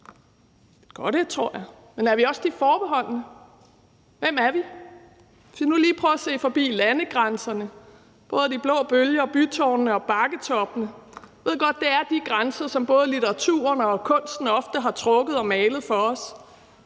Et godt et, tror jeg, men er vi også lidt forbeholdne? Hvem er vi? Hvis vi nu lige prøver at se forbi landegrænserne og både de blå bølger og bytårnene og bakketoppene – jeg ved godt, at det er de grænser, som både litteraturen og kunsten ofte har trukket og malet for os